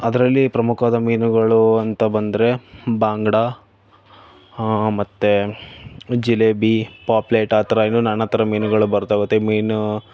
ಅದರಲ್ಲಿ ಪ್ರಮುಖವಾದ ಮೀನುಗಳು ಅಂತ ಬಂದರೆ ಬಾಂಗ್ಡ ಮತ್ತೆ ಜಲೇಬಿ ಪಾಪ್ಲೆಟ್ ಆ ಥರ ನಾನಾ ಥರ ಮೀನುಗಳು ಬರ್ತಾಹೋಗತ್ತೆ ಮೀನು